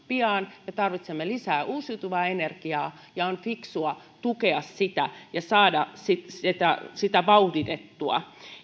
pian ja tarvitsemme lisää uusiutuvaa energiaa ja on fiksua tukea sitä ja saada sitä sitä vauhditettua